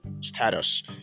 status